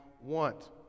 want